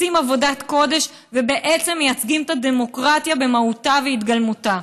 עושים עבודת קודש ובעצם מייצגים את הדמוקרטיה במהותה והתגלמותה.